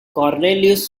cornelius